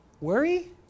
Worry